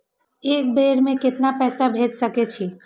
एक बेर में केतना पैसा भेज सके छी?